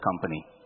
company